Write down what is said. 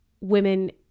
women